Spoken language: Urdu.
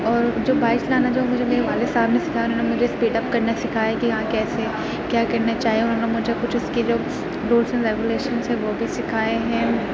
اور جو بائک چلانا جو مجھے میرے والد صاحب نے سکھایا اُنہوں نے اسپیڈ اپ کرنا سکھایا ہے کہ ہاں کیسے کیا کرنا چاہیے اُنہوں نے مجھے کچھ اُس کے جو رولس اینڈ ریگولیشنس ہیں وہ بھی سکھائے ہیں